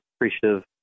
appreciative